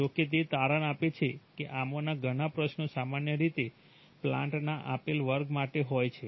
જો કે તે તારણ આપે છે કે આમાંના ઘણા પ્રશ્નો સામાન્ય રીતે પ્લાન્ટના આપેલ વર્ગ માટે હોય છે